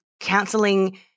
Counseling